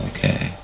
Okay